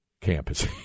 campus